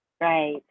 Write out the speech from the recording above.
Right